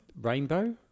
Rainbow